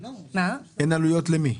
אין עלויות למי?